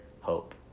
hope